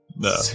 No